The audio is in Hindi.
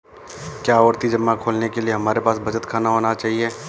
क्या आवर्ती जमा खोलने के लिए हमारे पास बचत खाता होना चाहिए?